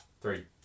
three